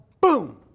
boom